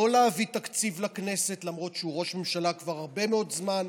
לא להביא תקציב לכנסת למרות שהוא ראש ממשלה כבר הרבה מאוד זמן.